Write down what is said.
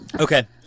Okay